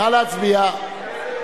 נא להצביע.